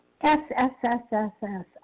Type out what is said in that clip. S-S-S-S-S